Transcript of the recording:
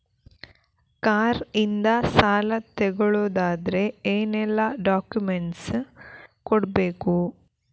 Car ಇಂದ ಸಾಲ ತಗೊಳುದಾದ್ರೆ ಏನೆಲ್ಲ ಡಾಕ್ಯುಮೆಂಟ್ಸ್ ಕೊಡ್ಬೇಕು?